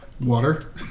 Water